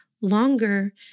longer